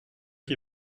qui